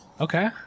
Okay